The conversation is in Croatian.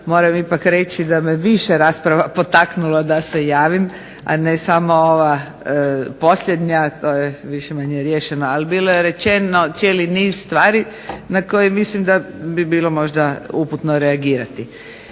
moram ipak reći da me više rasprava potaknulo da se javim, a ne samo ova posljednja. To je više-manje riješeno. Ali bilo je rečeno cijeli niz stvari na koji mislim da bi bilo možda uputno reagirati.